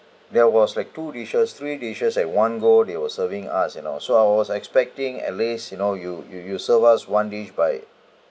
there was like two dishes three dishes at one go they were serving us you know so I was expecting at least you know you you you serve us one dish by